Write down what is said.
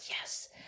yes